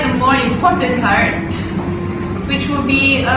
and more important part which will be